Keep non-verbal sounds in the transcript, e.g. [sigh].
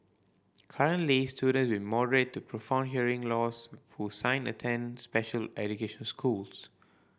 currently student with [unintelligible] to profound hearing loss who sign attend special education schools